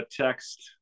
text